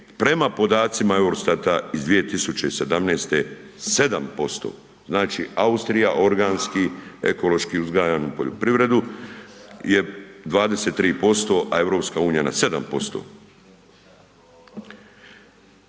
prema podacima Eurostata iz 2017. 7%. Znači Austrija organski ekološki uzgajanu poljoprivredu je 23%, a EU na 7%.